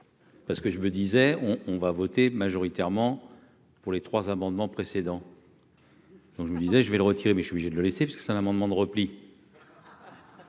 Parce que je me disais on on va voter majoritairement pour les trois amendements précédents. Donc, je me disais : je vais le retirer mais obligé de le laisser parce que c'est un amendement de repli.